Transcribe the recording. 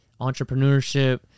entrepreneurship